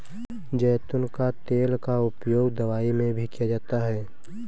ज़ैतून का तेल का उपयोग दवाई में भी किया जाता है